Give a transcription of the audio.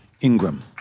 Ingram